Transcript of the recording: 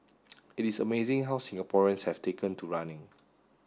it is amazing how Singaporeans have taken to running